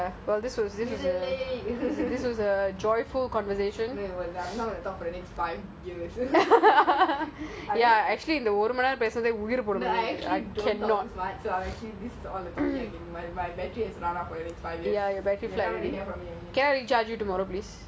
!yay! almost done this was a joyful conversation actually இந்த ஒருமனேரம் பேசுனதே உயிரு போன மாறி இருக்கு:intha orumaneram peasunathey uryiru pona maari iruku my my